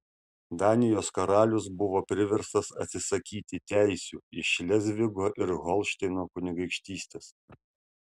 danijos karalius buvo priverstas atsisakyti teisių į šlezvigo ir holšteino kunigaikštystes